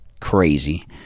crazy